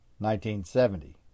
1970